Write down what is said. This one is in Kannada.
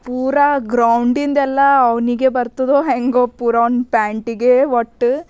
ಊರಾ ಗ್ರೌಂಡಿಂದೆಲ್ಲ ಅವನಿಗೆ ಬರ್ತದೋ ಹೇಗೋ ಪೂರಾ ಅವ್ನ ಪ್ಯಾಂಟಿಗೆ ಒಟ್ಟು